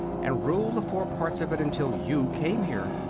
and ruled the four parts of it until you came here.